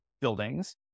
buildings